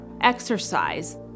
exercise